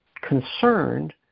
concerned